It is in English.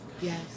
yes